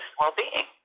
well-being